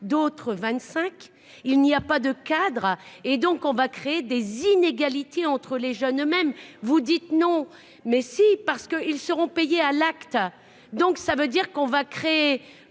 d'autres 25 il n'y a pas de cadre et donc on va créer des inégalités entre les jeunes eux- mêmes, vous dites non, mais si parce que ils seront payés à l'acte, donc ça veut dire qu'on va créer